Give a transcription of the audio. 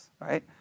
right